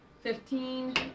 Fifteen